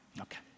Okay